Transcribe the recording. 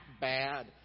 bad